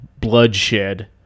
bloodshed